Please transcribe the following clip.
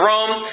Rome